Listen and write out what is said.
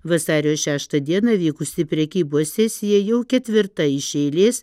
vasario šeštą dieną vykusį prekybos sesija jau ketvirta iš eilės